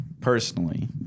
personally